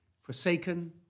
forsaken